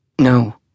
No